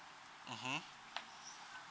mmhmm